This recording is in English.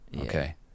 okay